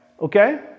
okay